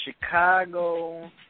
Chicago